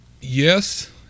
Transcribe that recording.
yes